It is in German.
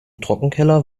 trockenkeller